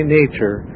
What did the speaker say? nature